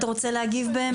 אתה רוצה להגיב במשפט?